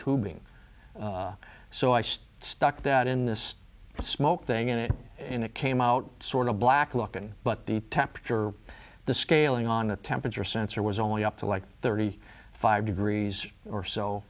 tubing so i stuck that in this smoke thing in it and it came out sort of black looking but the temperature the scaling on the temperature sensor was only up to like thirty five degrees or so